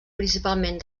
principalment